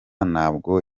ntabwo